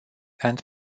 and